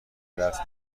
درس